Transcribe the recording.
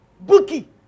Bookie